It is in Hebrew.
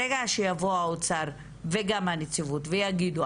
ברגע שיבוא האוצר וגם הנציבות ויגידו,